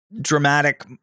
dramatic